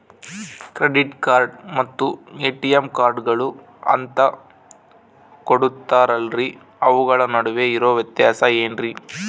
Credit card ಮತ್ತ ATM ಕಾರ್ಡುಗಳು ಅಂತಾ ಕೊಡುತ್ತಾರಲ್ರಿ ಅವುಗಳ ನಡುವೆ ಇರೋ ವ್ಯತ್ಯಾಸ ಏನ್ರಿ?